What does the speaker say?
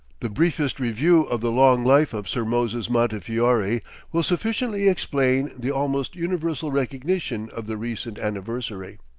the briefest review of the long life of sir moses montefiore will sufficiently explain the almost universal recognition of the recent anniversary.